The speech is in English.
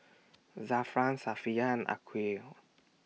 Zafran Safiya and Aqilah